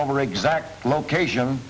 over exact location